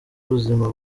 ubuzima